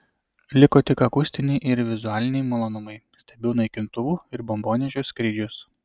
liko tik akustiniai ir vizualiniai malonumai stebiu naikintuvų ir bombonešių skrydžius